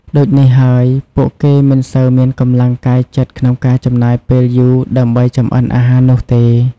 ដូចនេះហើយពួកគេមិនសូវមានកម្លាំងកាយចិត្តក្នុងការចំណាយពេលយូរដើម្បីចម្អិនអាហារនោះទេ ។